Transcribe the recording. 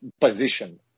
position